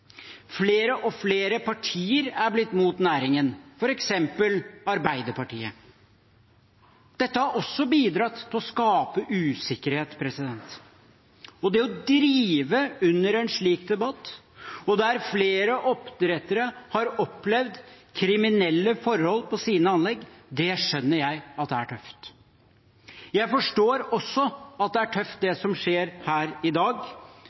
Flere og flere partier er blitt mot næringen, f.eks. Arbeiderpartiet. Dette har også bidratt til å skape usikkerhet. Å drive under en slik debatt – og flere oppdrettere har opplevd kriminelle forhold på sine anlegg – skjønner jeg at er tøft. Jeg forstår også at det er tøft, det som skjer her i dag,